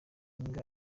mbwa